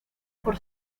por